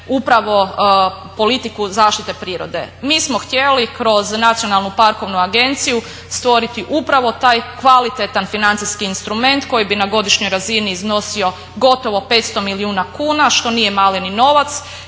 upravo politiku zaštite prirode. Mi smo htjeli kroz Nacionalnu parkovnu agenciju stvoriti upravo taj kvalitetan financijski instrument koji bi na godišnjoj razini iznosio gotovo 500 milijuna kuna što nije mali ni novac